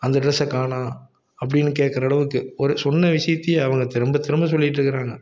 அந்த ட்ரெஸ்ஸை காணும் அப்படின்னு கேட்குற அளவுக்கு ஒரு சொன்ன விஷயத்தையே அவங்க திரும்ப திரும்ப சொல்லிக்கிட்டு இருக்கிறாங்க